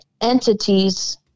entities